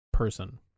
person